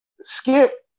Skip